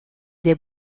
des